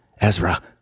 Ezra